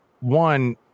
One